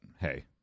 hey